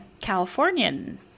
Californian